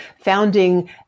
founding